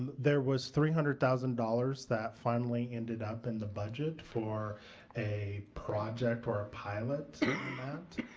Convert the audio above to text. there was three hundred thousand dollars that finally ended up in the budget for a project or a pilot